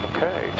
Okay